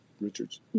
Richard's